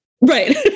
right